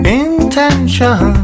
intention